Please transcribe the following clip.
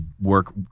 work